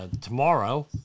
tomorrow